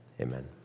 amen